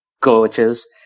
coaches